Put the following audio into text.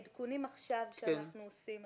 העדכונים שאנחנו עושים עכשיו,